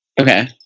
okay